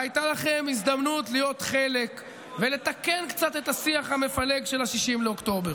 והייתה לכם הזדמנות להיות חלק ולתקן קצת את השיח המפלג של 6 באוקטובר.